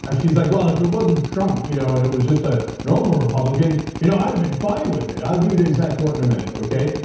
ah she's like, well, if it wasn't trump, you know and it was just a normal republican, you know i'd have been fine with it. i'll give you the exact quote in a minute, okay?